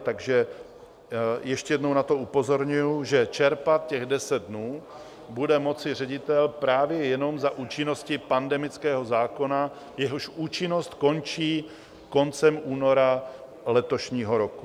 Takže ještě jednou na to upozorňuji, že čerpat těch deset dnů bude moci ředitel právě jenom za účinnosti pandemického zákona, jehož účinnost končí koncem února letošního roku.